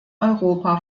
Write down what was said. europa